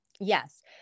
yes